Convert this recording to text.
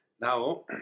Now